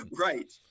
right